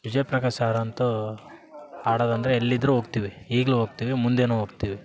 Vijay Prakash sir ಅಂತು ಹಾಡೋದಂದ್ರೆ ಎಲ್ಲಿದ್ರು ಹೋಗ್ತಿವಿ ಈಗಲೂ ಹೋಗ್ತಿವಿ ಮುಂದೇನೂ ಹೋಗ್ತಿವಿ